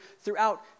throughout